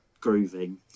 grooving